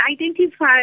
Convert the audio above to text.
identify